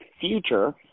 future